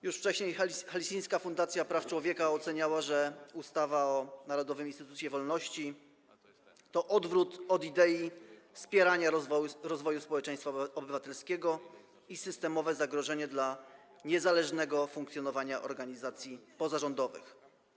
Już wcześniej Helsińska Fundacja Praw Człowieka oceniała, że ustawa o Narodowym Instytucie Wolności to odwrót od idei wspierania rozwoju społeczeństwa obywatelskiego i systemowe zagrożenie dla niezależnego funkcjonowania organizacji pozarządowych.